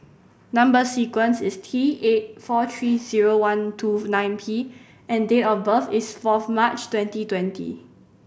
number sequence is T eight four three zero one two nine P and date of birth is fourth March twenty twenty